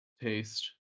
taste